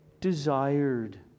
desired